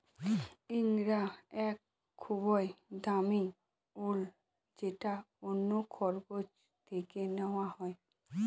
ইঙ্গরা এক খুবই দামি উল যেটা অন্য খরগোশ থেকে নেওয়া হয়